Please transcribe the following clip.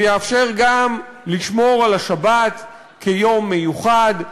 ויאפשר גם לשמור על השבת כיום מיוחד,